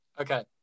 Okay